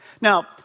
Now